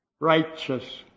Righteous